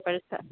പൈസ